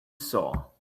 saw